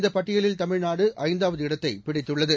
இந்த பட்டியலில் தமிழ்நாடு ஐந்தாவது இடத்தை பிடித்துள்ளது